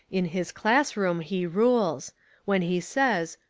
in his class-room he rules when he says,